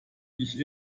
ich